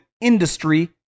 industry